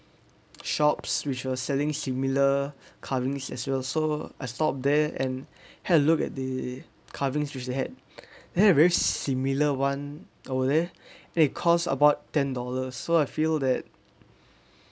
shops which were selling similar carvings as well so I stopped there and had a look at the carvings which they had they had a very similar one over there that it cost about ten dollars so I feel that